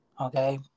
okay